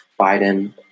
biden